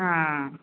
ಹಾಂ